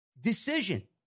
decision